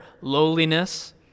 lowliness